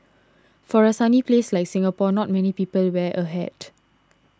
for a sunny place like Singapore not many people wear a hat